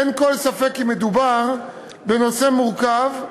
אין כל ספק כי מדובר בנושא מורכב.